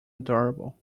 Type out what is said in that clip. adorable